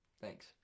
Thanks